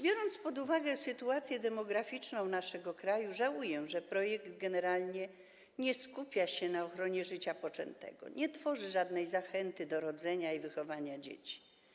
Biorąc pod uwagę sytuację demograficzną naszego kraju, żałuję, że projekt generalnie nie skupia się na ochronie życia poczętego, nie tworzy żadnej zachęty do rodzenia i wychowania dzieci.